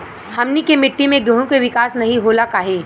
हमनी के मिट्टी में गेहूँ के विकास नहीं होला काहे?